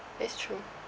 that's true